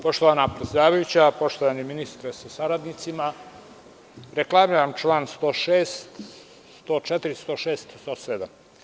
Poštovana predsedavajuća, poštovani ministre sa saradnicima, reklamiram čl. 104, 106. i 107.